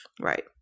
Right